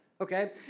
okay